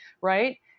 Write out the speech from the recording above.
right